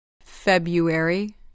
February